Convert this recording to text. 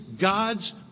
God's